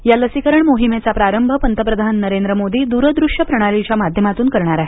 या लसीकरण मोहिमेचा प्रारंभ पंतप्रधान नरेंद्र मोदी द्रदृश्य प्रणालीच्या माध्यमातून करणार आहेत